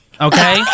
Okay